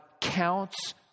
counts